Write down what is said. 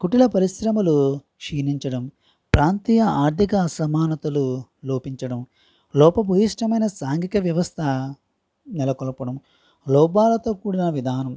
కుటీర పరిశ్రమలు క్షీణించడం ప్రాంతీయ ఆర్థిక అసమానతలు లోపించడం లోప భూఇష్టమైన సాంఘీక వ్యవస్థ నెలకొల్పడం లోపాలతో కూడిన విధానం